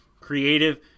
creative